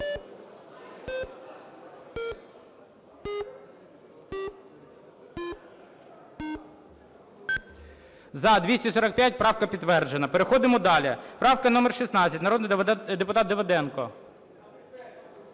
За-245 Правка підтверджена. Переходимо далі. Правка номер 16, народний депутат Давиденко.